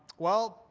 well,